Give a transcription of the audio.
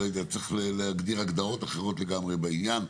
לא יודע, צריך להגדיר הגדרות אחרות לגמרי בעניין.